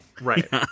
Right